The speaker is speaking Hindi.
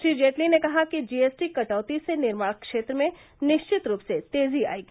श्री जेटली ने कहा कि जीएस टी कटौती से निर्माण क्षेत्र में निश्चित रूप से तेजी आएगी